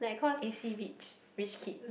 A_C rich rich kid